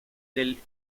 del